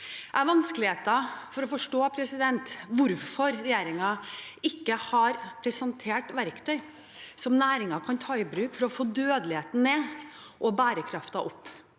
Jeg har vanskeligheter med å forstå hvorfor regjeringen ikke har presentert verktøy som næringen kan ta i bruk for å få dødeligheten ned og bærekraften opp.